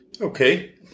Okay